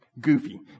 goofy